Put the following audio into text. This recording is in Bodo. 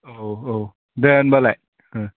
औ औ दे होनबालाय ओह